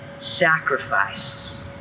sacrifice